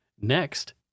Next